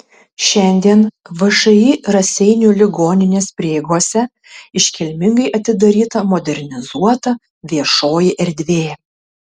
šiandien všį raseinių ligoninės prieigose iškilmingai atidaryta modernizuota viešoji erdvė